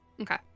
Okay